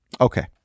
Okay